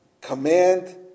Command